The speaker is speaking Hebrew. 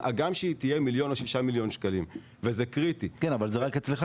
כן, אבל זה כך רק אצלך.